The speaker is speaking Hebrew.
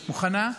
מוכנה?